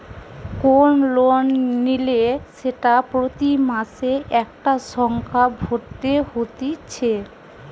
কোন লোন নিলে সেটা প্রতি মাসে একটা সংখ্যা ভরতে হতিছে